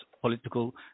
political